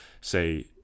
say